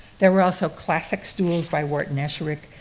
there were also classic stools by wharton esherick,